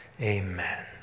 amen